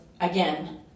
again